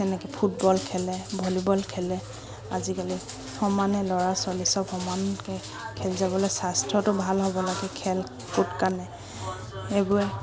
তেনেকৈ ফুটবল খেলে ভলীবল খেলে আজিকালি সমানে ল'ৰা ছোৱালী সব সমানকৈ খেল যাবলৈ স্বাস্থ্যটো ভাল হ'ব লাগে খেল কুদ কাৰণে এইবোৰে